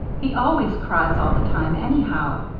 he always cries all the time, anyhow.